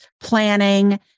planning